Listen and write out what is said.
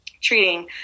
treating